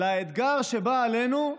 לאתגר שבא עלינו,